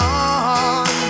on